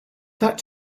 that